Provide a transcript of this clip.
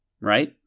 right